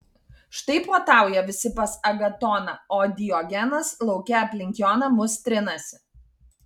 štai puotauja visi pas agatoną o diogenas lauke aplink jo namus trinasi